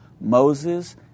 Moses